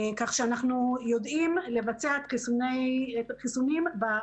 כך שאנחנו יודעים לבצע חיסונים בקהילה.